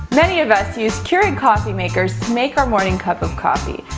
many of us use keurig coffee makers to make our morning cup of coffee.